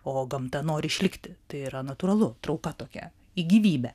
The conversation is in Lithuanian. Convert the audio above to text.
o gamta nori išlikti tai yra natūralu trauka tokia į gyvybę